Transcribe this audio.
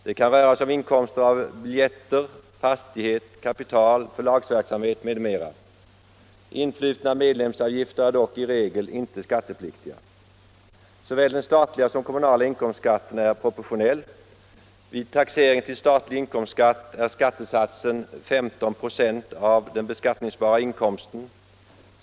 Det kan röra sig om inkomster av biljettförsäljning, fastighet, kapital, förlagsverksamhet m.m. Influtna medlemsavgifter är dock i regel inte skattepliktiga. Såväl den statliga som den kommunala inkomstskatten är proportionell. Vid taxering till statlig inkomstskatt är skattesatsen 15 96 av den beskattningsbara inkomsten.